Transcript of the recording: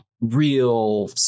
real